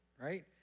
right